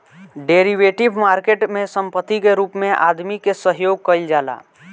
derivative market में संपत्ति के रूप में आदमी के सहयोग कईल जाला